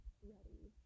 ready